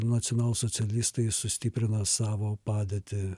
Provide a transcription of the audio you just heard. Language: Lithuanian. nacionalsocialistai sustiprina savo padėtį